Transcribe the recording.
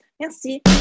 Merci